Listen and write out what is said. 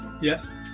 Yes